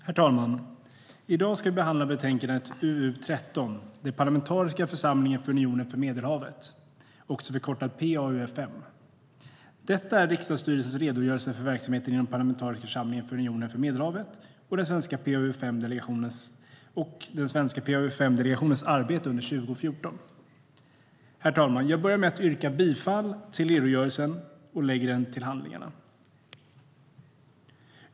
Herr talman! I dag behandlar vi betänkande UU13 Den parlamentariska församlingen för Unionen för Medelhavet , som förkortas PA-UfM. Det är riksdagsstyrelsens redogörelse för verksamheten inom Parlamentariska församlingen för Unionen för Medelhavet och den svenska PAUfM-delegationens arbete under 2014. Herr talman! Jag börjar med att yrka bifall till förslaget att lägga redogörelsen till handlingarna.